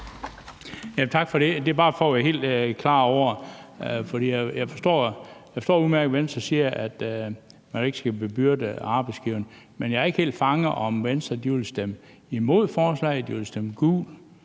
Tak for det. Det er bare for at blive helt klar over det. Jeg forstår udmærket, at Venstre siger, at man ikke skal bebyrde arbejdsgiveren, men jeg har ikke helt fanget, om Venstre vil stemme imod forslaget, eller de vil stemme gult.